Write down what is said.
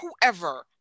Whoever